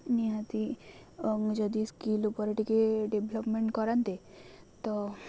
ନିହାତି ଯଦି ସ୍କିଲ୍ ଉପରେ ଟିକିଏ ଡେଭ୍ଲପ୍ମେଣ୍ଟ୍ କରନ୍ତେ ତ